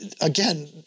again